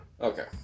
Okay